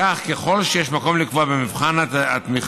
לפיכך, ככל שיש מקום לקבוע במבחן התמיכה